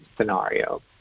scenario